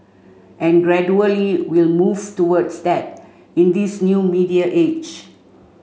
and gradually we'll move towards that in this new media age